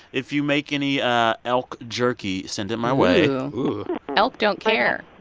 if you make any elk jerky, send it my way oooh oooh elk don't care